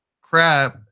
crap